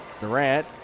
Durant